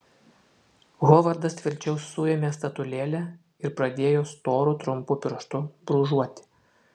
hovardas tvirčiau suėmė statulėlę ir pradėjo storu trumpu pirštu brūžuoti